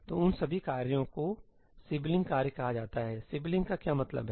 तो उन सभी कार्यों को सिबलिंग कार्य कहा जाता है सिबलिंग का क्या मतलब है